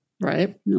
Right